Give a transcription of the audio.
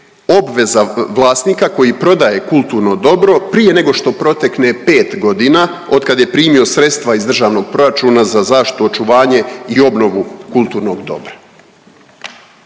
obveza vlasnika koji prodaje kulturno dobro prije nego što protekne pet godina od kad je primio sredstva iz državnog proračuna za zaštitu, očuvanje i obnovu kulturnog dobra.